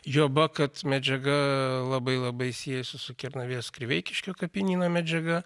juoba kad medžiaga labai labai siejasi su kernavės kireiviškio kapinyno medžiaga